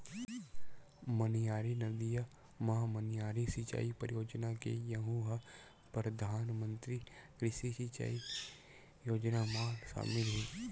मनियारी नदिया म मनियारी सिचई परियोजना हे यहूँ ह परधानमंतरी कृषि सिंचई योजना म सामिल हे